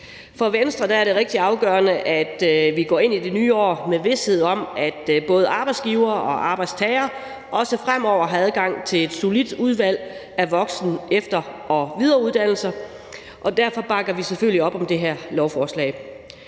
For Venstre er det rigtig afgørende, at vi går ind i det nye år med vished om, at både arbejdsgivere og arbejdstagere også fremover har adgang til et solidt udvalg af voksen-, efter- og videreuddannelser, og derfor bakker vi selvfølgelig op om det her lovforslag.